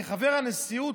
כחבר הנשיאות,